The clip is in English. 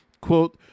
quote